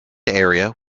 area